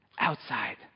outside